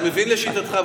אני מבין לשיטתך,